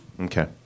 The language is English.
Okay